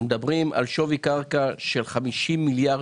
אנחנו מדברים על שווי הקרקע של 50 מיליארד